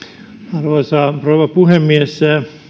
arvoisa rouva puhemies